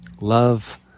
love